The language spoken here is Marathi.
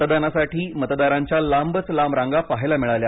मतदानासाठी मतदारांच्या लांबच लांब रांगा पाहायला मिळाल्या